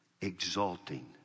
Exalting